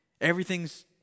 Everything's